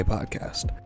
Podcast